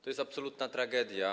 To jest absolutna tragedia.